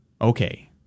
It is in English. Okay